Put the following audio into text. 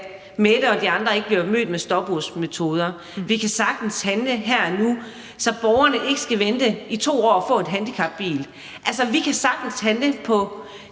så Mette og de andre ikke bliver mødt med stopursmetoder, vi kan sagtens handle her og nu, så borgerne ikke skal vente i 2 år på at få en handicapbil. Vi kan sagtens handle på